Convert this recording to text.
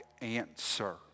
answer